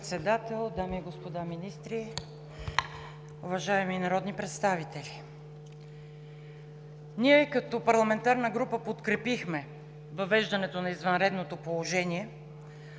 дами и господа министри, уважаеми народни представители! Ние като парламентарна група подкрепихме въвеждането на извънредното положение,